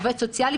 עובד סוציאלי,